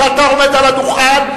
כשאתה עומד על הדוכן,